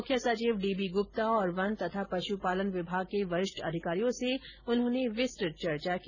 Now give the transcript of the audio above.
मुख्य सचिव डीबी गुप्ता और वन तथा पशुपालन विभाग के वरिष्ठ अधिकारियों से उन्होंने विस्तृत चर्चा की